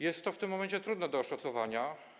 Jest to w tym momencie trudne do oszacowania.